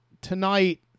tonight